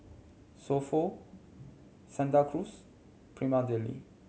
So Pho Santa Cruz Prima Deli